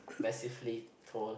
maxi free tall